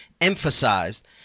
emphasized